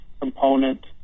component